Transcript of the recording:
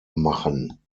machen